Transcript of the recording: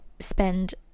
spend